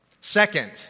Second